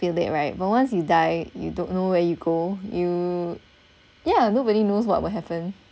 feel it right but once you die you don't know where you go you yeah nobody knows what will happen